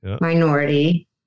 minority